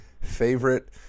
favorite